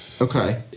Okay